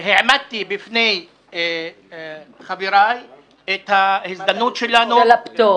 העמדתי בפני חבריי את ההזדמנות שלנו -- של הפטור.